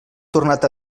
tornat